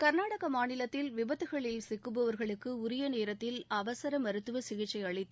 கர்நாடாக மாநிலத்தில் விபத்துகளில் சிக்குபவர்களுக்கு உரிய நேரத்தில் அவசர மருத்துவ சிகிச்சை அளித்து